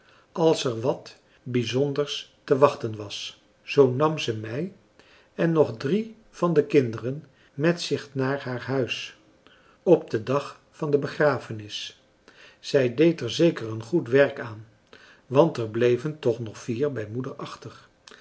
als er wat bijzonders te wachten was zoo nam ze mij en nog drie van de kinderen met zich naar haar huis op den dag van de begrafenis zij deed er zeker een goed werk aan want er bleven toch nog vier bij moeder achter